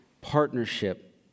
partnership